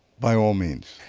by all means.